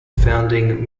founding